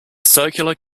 circular